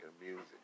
music